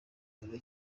muntu